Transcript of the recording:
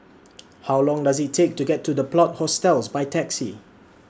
How Long Does IT Take to get to The Plot Hostels By Taxi